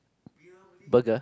burger